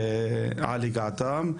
על הגעתם.